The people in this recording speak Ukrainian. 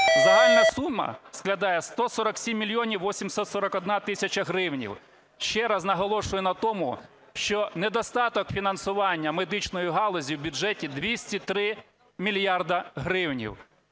Загальна сума складає 147 мільйонів 841 тисяча гривень. Ще раз наголошую на тому, що недостаток фінансування медичної галузі в бюджеті – 203 мільярди гривень.